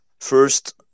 first